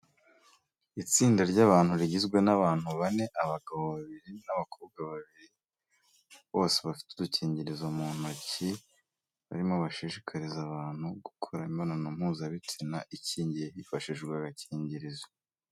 Itsinda ry'abantu rigizwe n'abantu bane, abagabo babiri n'abakobwa babiri, bose bafite udukingirizo mu ntoki barimo bashishikariza abantu gukora imibonano mpuzabitsina ikingiye hifashijwe agakingirizo.